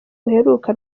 buheruka